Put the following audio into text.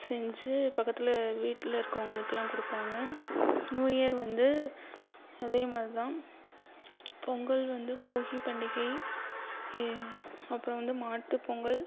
செஞ்சு பக்கத்துல வீட்டில இருக்கவங்களுக்குலாம் கொடுப்பாங்க நியூயர் வந்து அதே மாரி தான் பொங்கல் வந்து போகி பண்டிகை அப்புறம் வந்து மாட்டு பொங்கல்